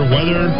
Weather